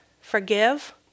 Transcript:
forgive